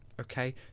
okay